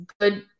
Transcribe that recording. good